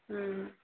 ହୁଁ